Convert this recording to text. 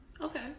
Okay